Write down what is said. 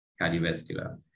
cardiovascular